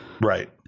Right